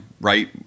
right